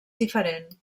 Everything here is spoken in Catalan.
diferent